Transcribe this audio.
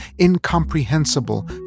incomprehensible